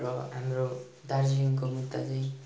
र हाम्रो दार्जिलिङको मुद्दा चाहिँ